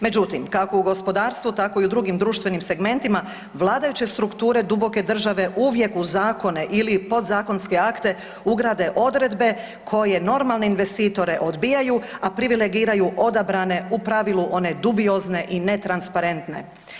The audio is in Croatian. Međutim, kako u gospodarstvu tako i u drugim društvenim segmentima vladajuće strukture duboke države uvijek u zakone ili podzakonske akte ugrade odredbe koje normalne investitore odbijaju, a privilegiraju odabrane u pravilu one dubiozne i netransparentne.